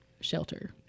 shelter